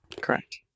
Correct